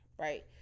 right